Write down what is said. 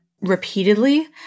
repeatedly